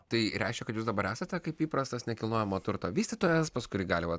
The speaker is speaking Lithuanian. tai reiškia kad jūs dabar esate kaip įprastas nekilnojamo turto vystytojas pas kurį gali vat